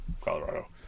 Colorado